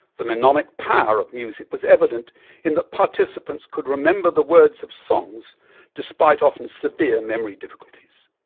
the mnemonic power of music was evident in that participants could remember the words of songs despite often severe memory difficulties.